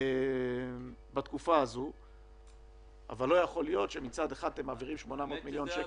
אבל לא יכול להיות שמצד אחד מעבירים 800 מיליון שקל,